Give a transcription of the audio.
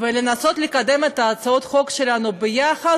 ולנסות לקדם את הצעות החוק שלנו ביחד,